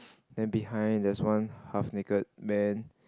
then behind there's one half naked man